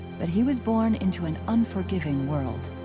but he was born into an unforgiving world.